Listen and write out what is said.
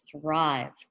thrive